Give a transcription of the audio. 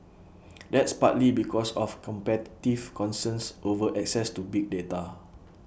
that's partly because of competitive concerns over access to big data